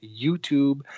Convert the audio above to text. YouTube